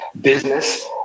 business